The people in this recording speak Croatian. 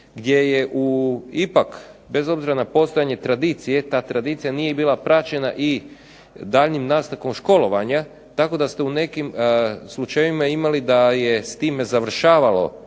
gdje je ipak bez obzira na postojanje tradicije, ta tradicija nije bila praćena daljnjim nastavkom školovanja tako da ste u nekim slučajevima imali da je s time završavalo